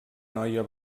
noia